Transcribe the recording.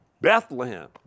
Bethlehem